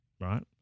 right